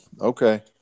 okay